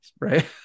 Right